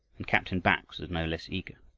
and captain bax was no less eager.